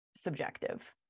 Subjective